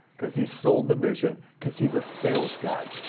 because he sold the vision, because he's a sales guy.